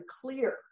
clear